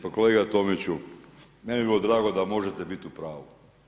Pa kolega Tomiću meni bi bilo drago da možete biti u pravu.